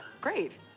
great